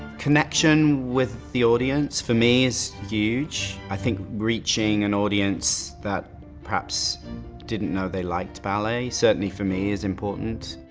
connection with the audience for me is huge. i think reaching an audience that perhaps didn't know they liked ballet certainly for me is important.